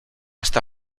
está